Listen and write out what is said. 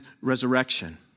resurrection